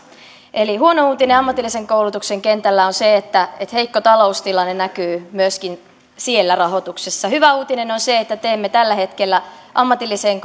eli huono uutinen ammatillisen koulutuksen kentällä on se että heikko taloustilanne näkyy myöskin siellä rahoituksessa hyvä uutinen on se että teemme tällä hetkellä ammatilliseen